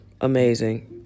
amazing